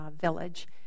village